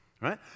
right